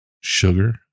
sugar